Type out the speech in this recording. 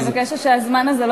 אז,